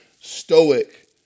stoic